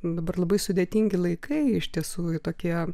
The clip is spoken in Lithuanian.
dabar labai sudėtingi laikai iš tiesų tokie